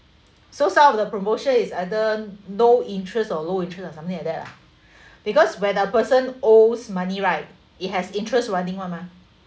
so some of the promotion is either no interests or low interest or something like that ah because when the person owes money right it has interest running [one] mah